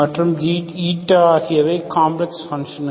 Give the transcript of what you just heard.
மற்றும் ஆகியவை காம்ப்ளக்ஸ் பன்ஷன்கள்